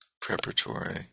preparatory